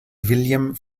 william